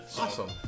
Awesome